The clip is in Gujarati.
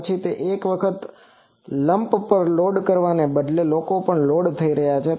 પછી એક વખત પછી લંપ પર લોડ કરવાને બદલે લોકો પણ લોડ થયા છે